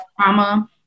trauma